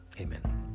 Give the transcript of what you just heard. Amen